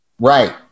right